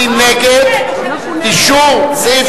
מי נגד אישור סעיף